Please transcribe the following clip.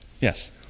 Yes